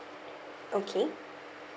okay